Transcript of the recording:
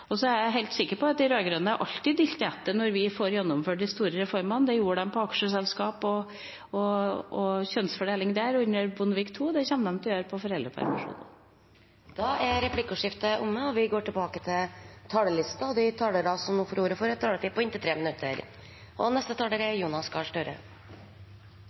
Så er jeg helt sikker på at de rød-grønne alltid dilter etter når vi får gjennomført de store reformene. Det gjorde de når det gjaldt aksjeselskap og kjønnsfordeling under Bondevik II, og det kommer de til å gjøre når det gjelder foreldrepermisjon. Replikkordskiftet er omme. De talere som heretter får ordet, har en taletid på inntil 3 minutter.